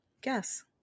Guess